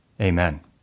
Amen